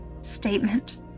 statement